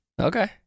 Okay